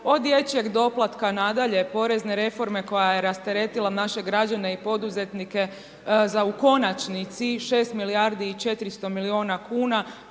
od dječjeg doplatka nadalje, porezne reforme koja je rasteretila naše građane i poduzetnike za u konačnici 6 milijardi i 400 milijuna kuna,